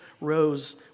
rose